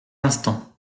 instant